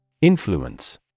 Influence